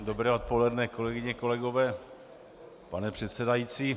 Dobré odpoledne, kolegyně, kolegové, pane předsedající.